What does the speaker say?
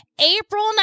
April